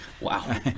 Wow